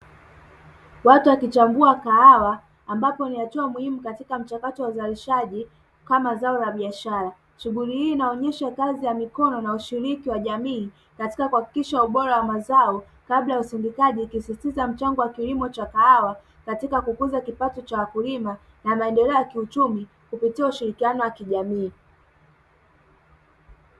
Watu wakichambua kahawa, ambayo ni hatua muhimu katika mchakato wa uzalishaji wa zao la biashara. Shughuli hii inaonyesha kazi ya mikono na ushiriki wa jamii katika kuhakikisha ubora wa mazao na faida ya usindikaji, ikisisitiza mchango wa kilimo cha kahawa katika kukuza kipato cha mkulima na maendeleo ya kiuchumi kupitia ushirikiano wa kijamii.